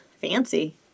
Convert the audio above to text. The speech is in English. Fancy